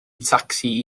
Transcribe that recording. tacsi